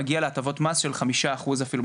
יגיע להנחות מס של כ-5% אפילו,